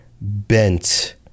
bent